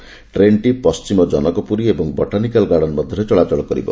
ଏହି ଟ୍ରେନ୍ଟି ପଣ୍ଟିମ ଜନକପୁରୀ ଓ ବଟାନିକାଲ ଗାର୍ଡେନ ମଧ୍ୟରେ ଚଳାଚଳ କରିବ